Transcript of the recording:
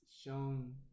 shown